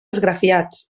esgrafiats